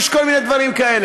יש כל מיני דברים כאלה.